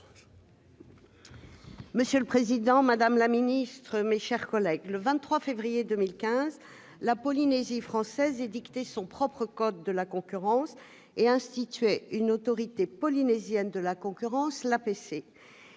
Monsieur le président, madame la ministre, mes chers collègues, le 23 février 2015, la Polynésie française édictait son propre code de la concurrence et instituait une autorité polynésienne de la concurrence : l'APC.